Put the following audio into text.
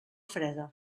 freda